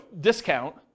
discount